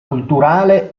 culturale